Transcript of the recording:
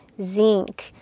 zinc